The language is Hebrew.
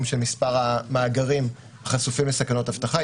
של מספר המאגרים החשופים לסכנות אבטחה,